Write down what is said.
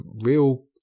real